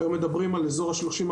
היום מדברים על 30,000,